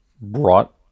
brought